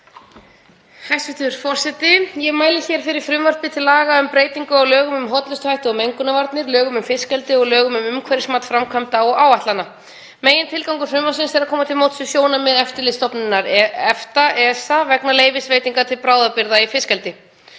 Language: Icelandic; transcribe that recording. Hæstv. forseti. Ég mæli hér fyrir frumvarpi til laga um breytingu á lögum um hollustuhætti og mengunarvarnir, lögum um fiskeldi og lögum um umhverfismat framkvæmda og áætlana. Megintilgangur frumvarpsins er að koma til móts við sjónarmið Eftirlitsstofnunar EFTA (ESA) vegna leyfisveitinga til bráðabirgða í fiskeldi.